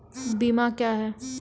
बीमा क्या हैं?